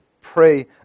pray